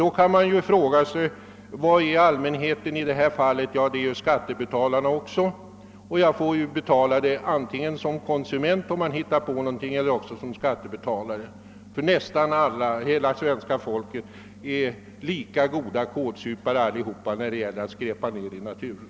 Den allmänhet som åstadkommer denna förorening är ju skattebetalarna, och man får alltså betala kostnaderna antingen som konsument eller som skattebetalare. Nästan alla svenskar är lika goda kålsupare när det gäller att skräpa ner i naturen.